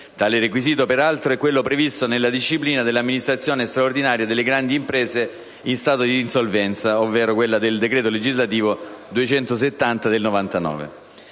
tale requisito, peraltro, è quello previsto nella disciplina dell'amministrazione straordinaria delle grandi imprese in stato di insolvenza, ovvero nel decreto legislativo n. 270 del 1999.